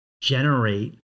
Generate